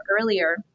earlier